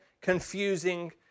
confusing